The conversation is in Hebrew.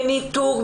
בניתוק,